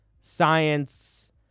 science